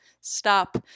stop